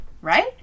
right